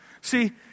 See